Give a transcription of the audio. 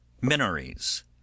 Minories